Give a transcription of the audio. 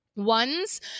Ones